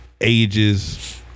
Ages